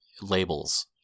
labels